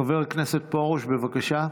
חבר הכנסת פרוש, בבקשה.